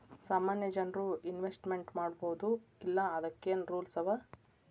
ಸಾಮಾನ್ಯ ಜನ್ರು ಇನ್ವೆಸ್ಟ್ಮೆಂಟ್ ಮಾಡ್ಬೊದೋ ಇಲ್ಲಾ ಅದಕ್ಕೇನ್ ರೂಲ್ಸವ?